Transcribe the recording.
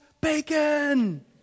bacon